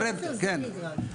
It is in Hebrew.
כן.